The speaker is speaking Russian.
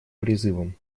призывам